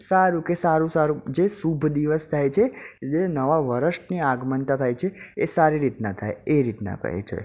સારું કે સારું સારું જે શુભ દિવસ થાય છે જે નવા વર્ષની આગમનતા થાય છે એ સારી રીતના થાય એ રીતના કહે છે